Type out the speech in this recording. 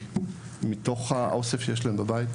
מתוך האוסף שיש להם בבית).